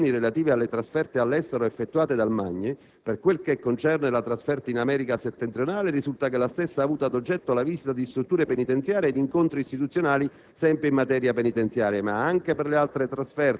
Per quanto riguarda poi le ulteriori contestazioni relative alle trasferte all'estero effettuate dal dottor Magni, per quel che concerne la trasferta in America settentrionale risulta che la stessa ha avuto ad oggetto la visita di strutture penitenziarie e incontri istituzionali